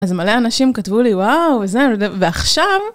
אז מלא אנשים כתבו לי, וואו, וזה... ועכשיו...